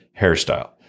hairstyle